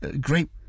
great